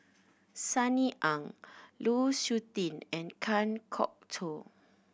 Sunny Ang Lu Suitin and Kan Kwok Toh